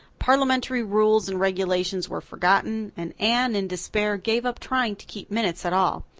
parliamentary rules and regulations were forgotten, and anne, in despair, gave up trying to keep minutes at all.